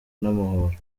n’amahoro